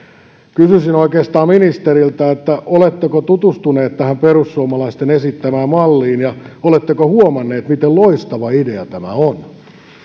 kysyisin oikeastaan ministeriltä oletteko tutustunut tähän perussuomalaisten esittämään malliin ja oletteko huomannut miten loistava idea tämä on